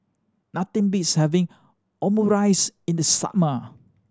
nothing beats having Omurice in the summer